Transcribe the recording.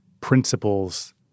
principles